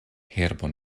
herbo